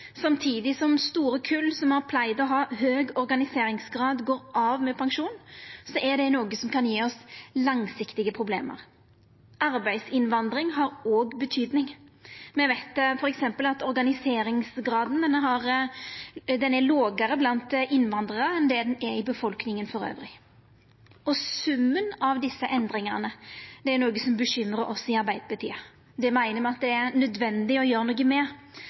samtidig som store kull som har pleidd å ha høg organiseringsgrad, går av med pensjon, er det noko som kan gje oss langsiktige problem. Arbeidsinnvandring har òg betydning. Me veit f.eks. at organiseringsgraden er lågare blant innvandrarar enn i befolkninga elles. Summen av desse endringane er noko som bekymrar oss i Arbeidarpartiet. Me meiner det er nødvendig å gjera noko med